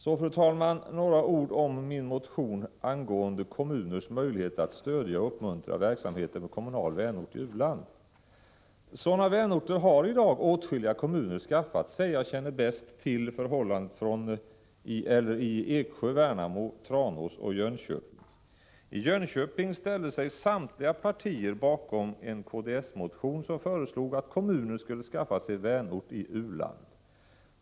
Så, fru talman, några ord om min motion angående kommuners möjlighet att stödja och uppmuntra verksamheter med kommunal vänort i u-land. Sådana vänorter har i dag åtskilliga kommuner skaffat sig. Jag känner bäst till förhållandena i Eksjö, Värnamo, Tranås och Jönköping. I Jönköping ställde sig samtliga partier bakom en kds-motion som föreslog att kommunen skulle skaffa sig en vänort i u-land.